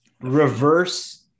Reverse